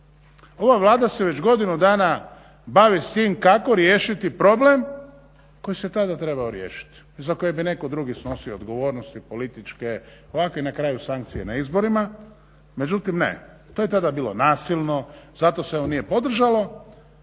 Ova Vlada se već godinu dana bavi s tim kako riješiti problem koji se tada trebao riješiti i za koji bi netko drugi snosio odgovornosti političke … i na kraju sankcije na izborima. Međutim ne, to je tada bilo nasilno, zato se ovo nije podržalo,